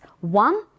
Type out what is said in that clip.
one